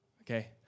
Okay